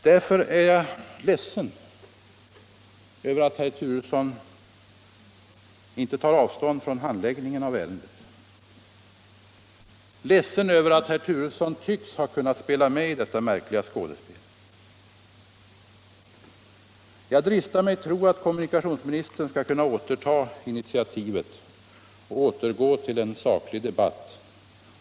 Därför är jag ledsen över att herr Turesson inte tar avstånd från denna handläggning av ärendet, ledsen över att herr Turesson tycks ha kunnat spela med i detta märkliga skådespel. Jag dristar mig tro att kommunikationsministern skall kunna återta initiativet och återgå till en saklig debatt.